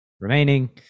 remaining